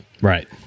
Right